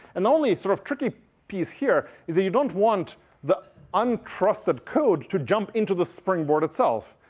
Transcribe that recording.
and the only sort of tricky piece here is that you don't want the untrusted code to jump into the springboard itself.